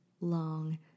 long